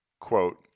Quote